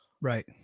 Right